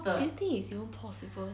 do you think it's even possible